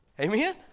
Amen